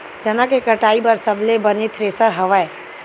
चना के कटाई बर सबले बने थ्रेसर हवय?